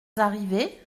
arrivé